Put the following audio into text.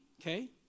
okay